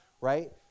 right